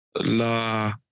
La